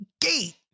gate